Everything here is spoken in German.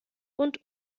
und